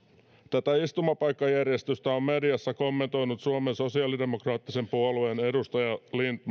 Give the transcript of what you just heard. tätä istumapaikkajärjestystä on mediassa kommentoinut suomen sosialidemokraattisen puolueen edustaja lindtman